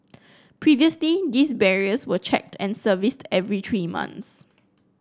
previously these barriers were checked and serviced every three months